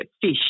fish